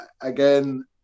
again